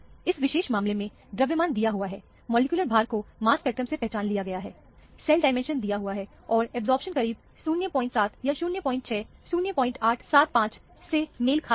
इस विशेष मामले में द्रव्यमान दिया हुआ है मॉलिक्यूल भार को मास स्पेक्ट्रम से पहचान लिया सेल डायमेंशन दिया हुआ है और अब्जॉर्प्शन करीब 07 या 06 0875 से मेल खा रहा है